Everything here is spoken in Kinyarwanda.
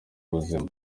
ubuzima